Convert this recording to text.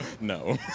No